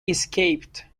escaped